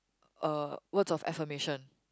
uh words of affirmation